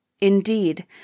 Indeed